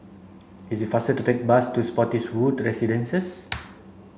it is faster to take the bus to Spottiswoode Residences